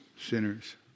Sinners